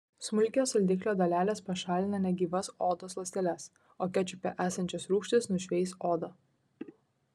smulkios saldiklio dalelės pašalina negyvas odos ląsteles o kečupe esančios rūgštys nušveis odą